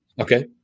Okay